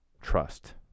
trust